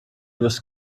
was